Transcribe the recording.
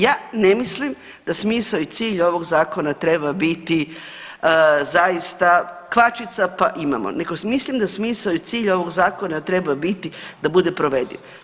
Ja ne mislim da smisao i cilj ovog zakona treba biti zaista kvačica, pa imamo nego mislim da smisao i cilj ovog zakona treba biti da bude provediv.